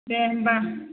दे होनब्ला